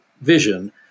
vision